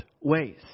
ways